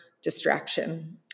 distraction